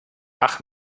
ach